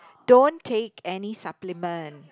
don't take any supplement